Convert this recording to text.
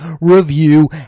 review